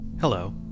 Hello